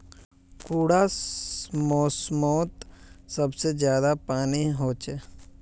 कुंडा मोसमोत सबसे ज्यादा पानी होचे?